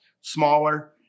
smaller